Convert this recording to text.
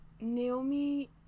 Naomi